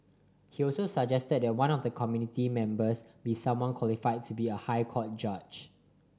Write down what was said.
he also suggested that one of the committee members be someone qualified to be a High Court judge